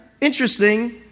interesting